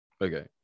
Okay